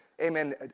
amen